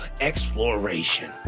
exploration